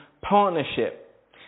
partnership